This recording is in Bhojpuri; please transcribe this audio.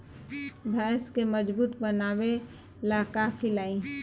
भैंस के मजबूत बनावे ला का खिलाई?